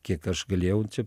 kiek aš galėjau čia